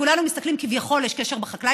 כולנו מסתכלים: כביכול יש קשר לחקלאי.